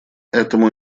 этому